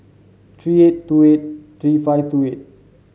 three eight two eight three five two eight